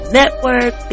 network